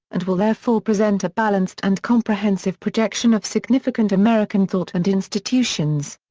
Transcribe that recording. and will therefore present a balanced and comprehensive projection of significant american thought and institutions.